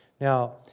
Now